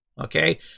Okay